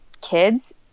kids